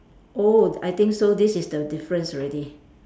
oh I think so this is the difference already